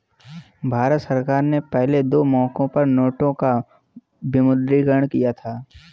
भारत सरकार ने पहले दो मौकों पर नोटों का विमुद्रीकरण किया था